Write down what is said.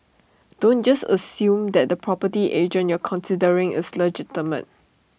don't just assume that the property agent you're considering is legitimate